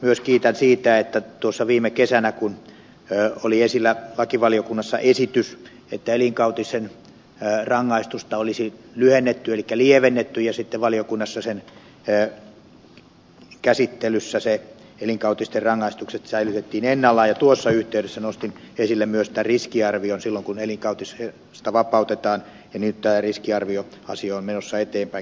myös kiitän siitä että kun viime kesänä lakivaliokunnassa oli esillä esitys että elinkautisen rangaistusta olisi lyhennetty elikkä lievennetty ja sitten valiokunnan käsittelyssä elinkautisten rangaistukset säilytettiin ennallaan ja tuossa yhteydessä nostin esille myös riskiarvion silloin kun elinkautisesta vapautetaan niin nyt tämä riskiarvioasia on menossa eteenpäin